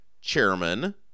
Chairman